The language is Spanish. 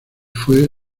fue